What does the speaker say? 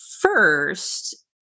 first